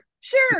sure